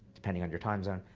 depending on your time zone,